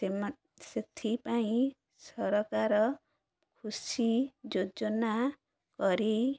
ସେ ସେଥିପାଇଁ ସରକାର ଖୁସି ଯୋଜନା କରି